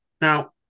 Now